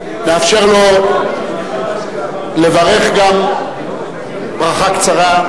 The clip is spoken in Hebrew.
נאפשר לו גם לברך ברכה קצרה.